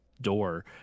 door